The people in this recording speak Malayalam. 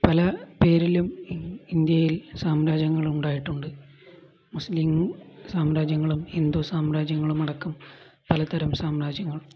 പല പേരിലും ഇ ഇന്ത്യയിൽ സാമ്രാജ്യങ്ങളുണ്ടായിട്ടുണ്ട് മുസ്ലിം സാമ്രാജ്യങ്ങളും ഹിന്ദു സാമ്രാജ്യങ്ങളും അടക്കം പലതരം സാമ്രാജ്യങ്ങൾ